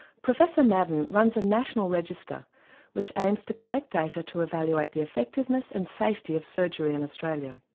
professor maddern runs a national register which aims to collect data to evaluate the effectiveness and safety of surgery in australia.